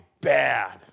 bad